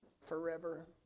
forever